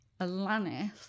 Alanis